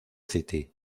city